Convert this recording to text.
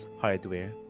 hardware